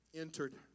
entered